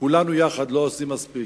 כולנו יחד לא עושים מספיק.